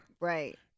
Right